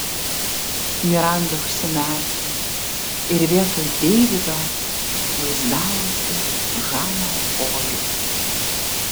miranda užsimerkė ir vietoj deivido vaizdavosi žaną polį